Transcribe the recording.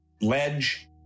ledge